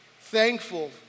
Thankful